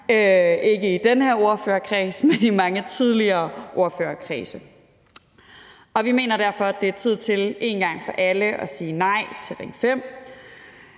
ikke i den her ordførerkreds, men i mange tidligere ordførerkredse. Vi mener derfor, at det er tid til en gang for alle at sige nej til Ring 5.